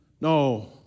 No